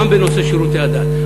גם בנושא שירותי הדת.